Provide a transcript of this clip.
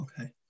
okay